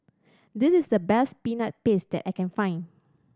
this is the best Peanut Paste that I can find